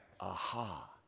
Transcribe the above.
aha